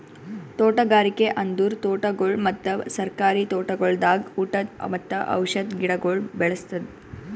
ತೋಟಗಾರಿಕೆ ಅಂದುರ್ ತೋಟಗೊಳ್ ಮತ್ತ ಸರ್ಕಾರಿ ತೋಟಗೊಳ್ದಾಗ್ ಊಟದ್ ಮತ್ತ ಔಷಧ್ ಗಿಡಗೊಳ್ ಬೆ ಳಸದ್